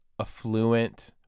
affluent